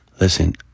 listen